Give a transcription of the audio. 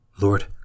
Lord